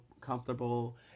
comfortable